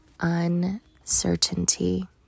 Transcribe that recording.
uncertainty